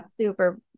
Super